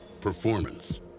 performance